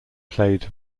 played